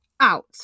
out